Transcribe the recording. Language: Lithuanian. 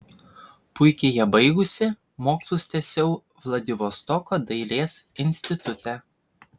puikiai ją baigusi mokslus tęsiau vladivostoko dailės institute